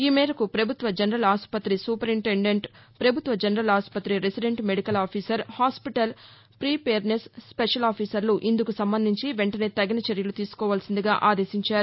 ఈ మేరకు ప్రభుత్వ జనరల్ ఆసుపత్రి సూపరింటెండెంట్ ప్రభుత్వ జనరల్ ఆసుపత్రి resident medical officer hospital preparedness స్పెషలాఫీసర్లు ఇందుకు సంబంధించి వెంటనే తగిన చర్యలు తీసుకోవాల్సిందిగా ఆదేశించారు